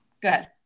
Good